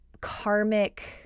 karmic